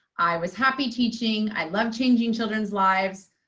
i was happy teaching. i love changing children's lives.